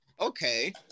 Okay